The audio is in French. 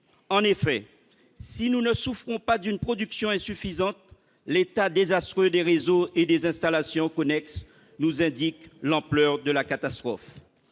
En effet, si nous ne souffrons pas d'une production insuffisante, l'état désastreux des réseaux et des installations connexes nous indique l'ampleur de la catastrophe.